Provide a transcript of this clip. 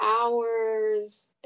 hours